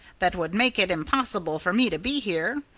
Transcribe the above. that would make it impossible for me to be here.